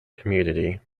community